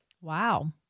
Wow